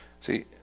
See